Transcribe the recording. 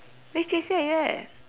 which J_C are you at